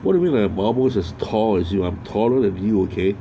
what do we like marbles as tall as you I'm taller than view okay